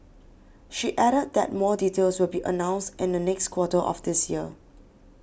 she added that more details will be announced in the next quarter of this year